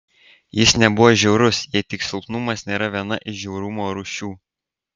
jis nebuvo žiaurus jei tik silpnumas nėra viena iš žiaurumo rūšių